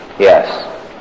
Yes